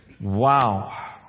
Wow